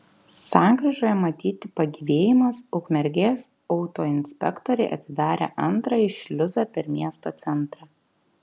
sankryžoje matyti pagyvėjimas ukmergės autoinspektoriai atidarė antrąjį šliuzą per miesto centrą